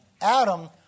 Adam